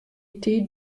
tiid